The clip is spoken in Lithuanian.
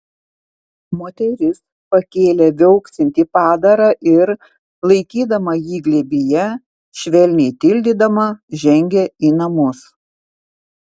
moteris pakėlė viauksintį padarą ir laikydama jį glėbyje švelniai tildydama žengė į namus